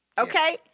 Okay